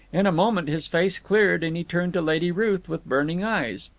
in a moment his face cleared and he turned to lady ruth with burning eyes.